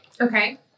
Okay